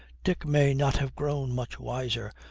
dick may not have grown much wiser,